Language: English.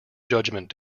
judgement